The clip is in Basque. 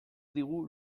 digu